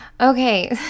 okay